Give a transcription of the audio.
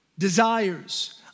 desires